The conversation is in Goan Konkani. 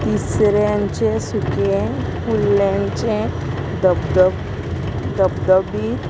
तिसऱ्यांचें सुकें कुल्ल्यांचें धबधब धबधबीत